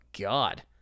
God